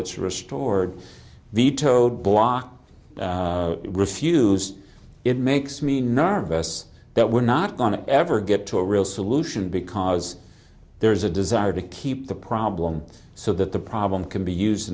it's restored the towed block refused it makes me nervous that we're not going to ever get to a real solution because there is a desire to keep the problem so that the problem can be used